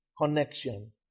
connection